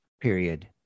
period